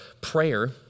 Prayer